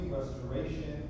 restoration